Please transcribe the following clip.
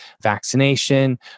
vaccination